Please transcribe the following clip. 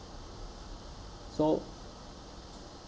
so